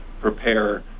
prepare